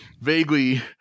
vaguely